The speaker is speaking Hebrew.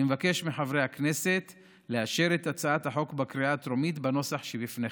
אני מבקש מחברי הכנסת לאשר את הצעת החוק בקריאה הטרומית בנוסח שבפניכם.